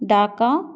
Dhaka